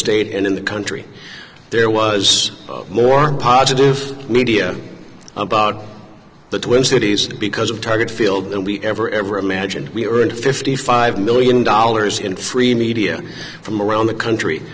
state and in the country there was more positive media about the twin cities because of target field than we ever ever imagined we earned fifty five million dollars in free media from around the country